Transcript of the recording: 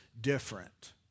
different